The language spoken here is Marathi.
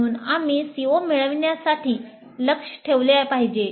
म्हणून आम्ही CO मिळविण्यासाठी लक्ष्य ठेवले पाहिजे